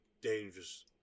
dangerous